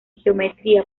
geometría